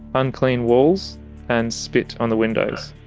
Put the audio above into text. unclean walls and spit on the windows.